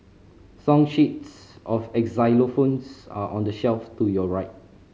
song sheets of xylophones are on the shelf to your right